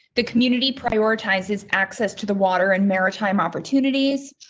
the community prioritizes access to the water and maritime opportunities.